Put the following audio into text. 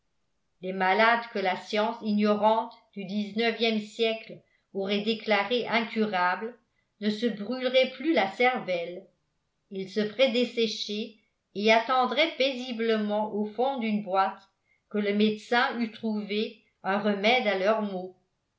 les malades que la science ignorante du dix-neuvième siècle aurait déclarés incurables ne se brûleraient plus la cervelle ils se feraient dessécher et attendraient paisiblement au fond d'une boîte que le médecin eût trouvé un remède à leurs maux